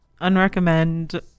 unrecommend